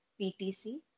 PTC